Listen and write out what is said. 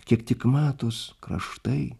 kiek tik matos kraštai